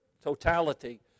totality